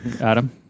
Adam